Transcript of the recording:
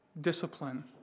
discipline